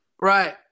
Right